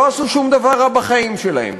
לא עשו שום דבר רע בחיים שלהם.